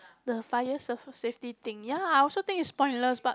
the fire saf~ safety thing ya I also think it's pointless but